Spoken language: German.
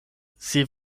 sie